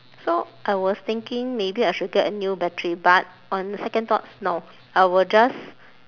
so I was thinking maybe I should get a new battery but on second thoughts no I will just